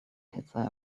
pizza